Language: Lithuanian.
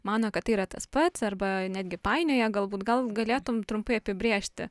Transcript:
mano kad tai yra tas pats arba netgi painioja galbūt gal galėtum trumpai apibrėžti